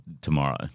tomorrow